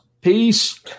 Peace